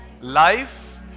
life